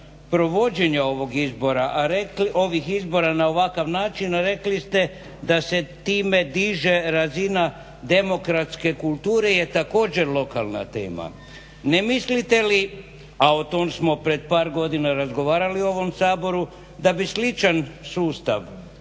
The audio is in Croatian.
provođenja ovih izbora na ovakav način rekli ste da se time diže razina demokratske kulture je također lokalna tema. Ne mislite li, a o tom smo pred par godina razgovarali u ovom Saboru, da bi sličan sustav